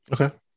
Okay